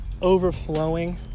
overflowing